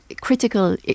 critical